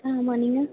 ஆ ஆமாம் நீங்கள்